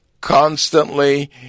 Constantly